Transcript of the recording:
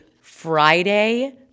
Friday –